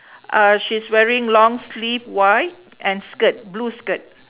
uhh she's wearing long sleeve white and skirt blue skirt